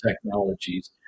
technologies